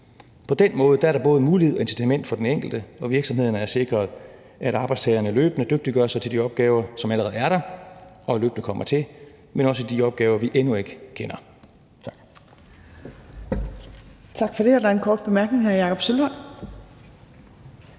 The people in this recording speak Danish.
På den måde er der både mulighed og incitament for den enkelte, og virksomhederne er sikret, at arbejdstagerne løbende dygtiggøre sig til de opgaver, som allerede er der og løbende kommer til, men også de opgaver, vi endnu ikke kender.